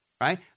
right